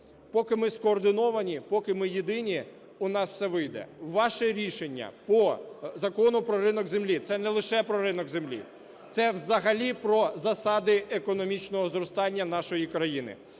поки ми скоординовані, поки ми єдині, у нас все вийде. Ваше рішення по Закону про ринок землі - це не лише про ринок землі, це взагалі про засади економічного зростання нашої країни.